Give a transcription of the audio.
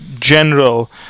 general